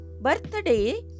birthday